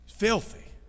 Filthy